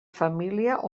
família